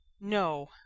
No